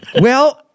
Well-